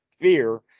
Fear